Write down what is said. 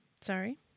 Sorry